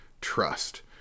trust